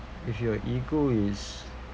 if your ego is